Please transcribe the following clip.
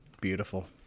Beautiful